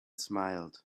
smiled